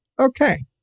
Okay